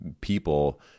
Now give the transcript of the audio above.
people